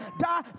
die